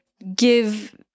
give